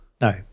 No